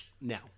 now